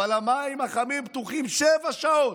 אבל המים החמים פתוחים שבע שעות,